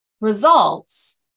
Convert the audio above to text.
results